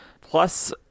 Plus